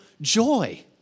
joy